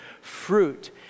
fruit